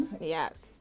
yes